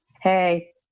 hey